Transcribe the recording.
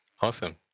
Awesome